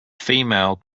female